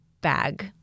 bag